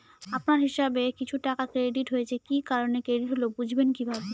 আপনার হিসাব এ কিছু টাকা ক্রেডিট হয়েছে কি কারণে ক্রেডিট হল বুঝবেন কিভাবে?